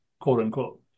quote-unquote